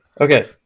Okay